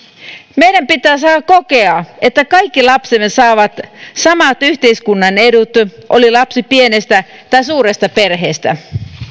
meidän pitää saada kokea että kaikki lapsemme saavat samat yhteiskunnan edut oli lapsi pienestä tai suuresta perheestä